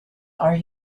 are